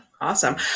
Awesome